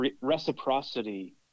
reciprocity